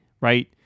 Right